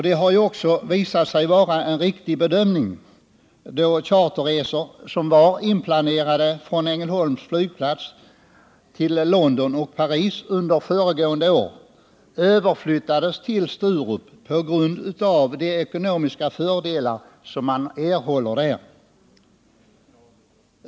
Detta har också visat sig vara en riktig bedömning, då charterresor som var inplanerade under föregående år från Ängelholms flygplats till London och Paris överflyttades till Sturup på grund av de ekonomiska fördelar som man erhåller där.